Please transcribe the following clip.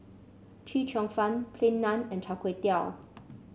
Chee Cheong Fun Plain Naan and Char Kway Teow